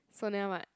Sonia what